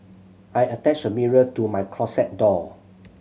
I attached a mirror to my closet door